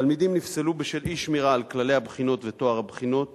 תלמידים נפסלו בשל אי-שמירה על כללי הבחינות וטוהר הבחינות,